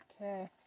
Okay